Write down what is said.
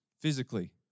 physically